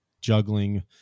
juggling